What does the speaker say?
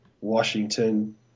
Washington